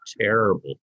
terrible